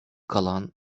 kalan